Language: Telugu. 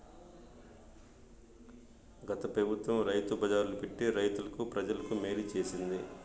గత పెబుత్వం రైతు బజార్లు పెట్టి రైతులకి, ప్రజలకి మేలు చేసింది